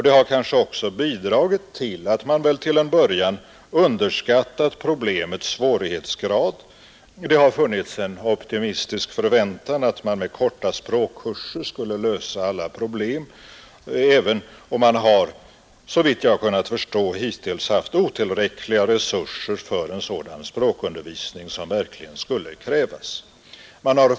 Detta har kanske också bidragit till att man till en början underskattat problemets svårighetsgrad. Det har funnits en optimistisk förväntan att man med korta språkkurser skulle lösa alla problem, fastän man såvitt jag kan förstå har haft otillräckliga resurser för en sådan språkundervisning som verkligen krävs.